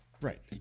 right